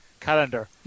calendar